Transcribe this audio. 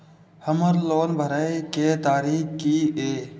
हमर लोन भरए के तारीख की ये?